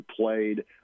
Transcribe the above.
played